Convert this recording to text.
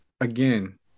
again